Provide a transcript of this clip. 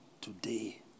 today